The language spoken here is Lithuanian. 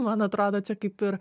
man atrodo čia kaip ir